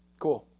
cool.